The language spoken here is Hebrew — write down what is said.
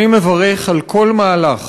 אני מברך על כל מהלך